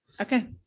Okay